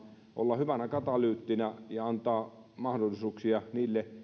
olla hyvänä katalyyttinä ja antaa mahdollisuuksia niille